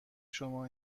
شما